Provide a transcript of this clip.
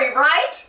Right